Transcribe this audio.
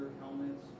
helmets